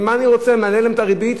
מעלים להם את הריבית,